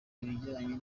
ibijyanye